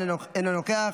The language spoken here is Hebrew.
אינו נוכח,